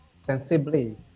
sensibly